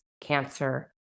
cancer